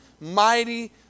mighty